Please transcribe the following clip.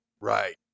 Right